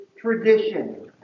tradition